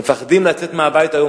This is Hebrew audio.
פוחדים לצאת מהבית היום,